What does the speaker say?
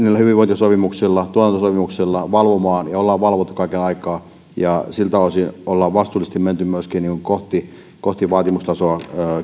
hyvinvointisopimuksilla tuotantosopimuksilla valvomaan ja ollaan valvottu kaiken aikaa ja siltä osin ollaan vastuullisesti menty myöskin vaatimustasossa